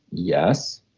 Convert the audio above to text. yes.